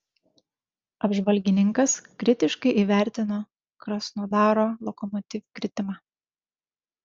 apžvalgininkas kritiškai įvertino krasnodaro lokomotiv kritimą